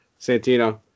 Santino